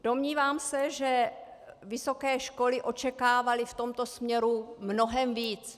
Domnívám se, že vysoké školy očekávaly v tomto směru mnohem víc.